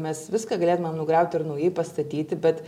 mes viską galėtumėm nugriauti ir naujai pastatyti bet